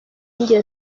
njye